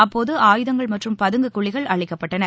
அப்போது ஆயுதங்கள் மற்றும் பதுங்கு குழிகள் அழிக்கப்பட்டன